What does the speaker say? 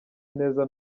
ineza